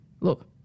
look